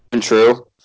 true